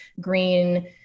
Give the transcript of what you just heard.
green